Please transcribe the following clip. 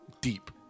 deep